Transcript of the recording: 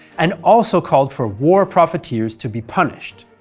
and also called for war profiteers to be punished.